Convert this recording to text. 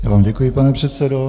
Já vám děkuji, pane předsedo.